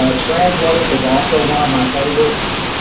ah translate is also one of my favorites.